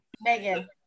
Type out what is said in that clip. Megan